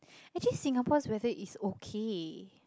actually Singapore's weather is okay